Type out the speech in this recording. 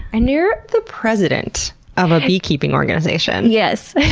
and, you're the president of a beekeeping organization. yes,